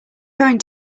trying